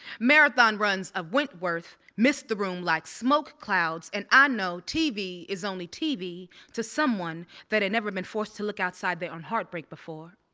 marathon runs of wentworth mist the room like smoke clouds, and i know tv is only tv to someone that had never been forced to look outside their own heartbreak before.